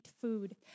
food